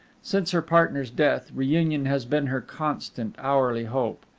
since her partner's death, reunion has been her constant, hourly hope.